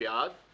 בעד תג אישי,